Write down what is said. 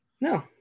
no